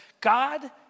God